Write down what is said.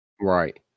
Right